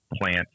plant